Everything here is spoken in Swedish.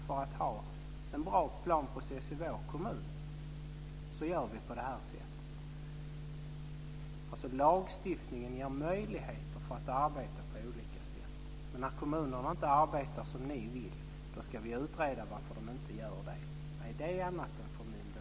För att ha en bra planprocess i sin kommun gör man på det här sättet. Lagstiftningen ger möjligheter att arbeta på olika sätt, men när kommunerna inte arbetar som ni vill ska vi utreda varför de inte gör det. Vad är det annat än förmynderi?